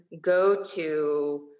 go-to